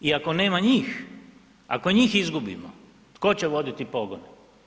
I ako nema njih, ako njih izgubimo, tko će voditi pogone?